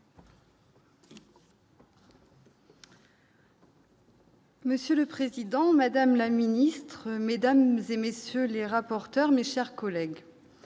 Monsieur le Président, Madame la Ministre Mesdames et messieurs les rapporteurs, mes chers collègues,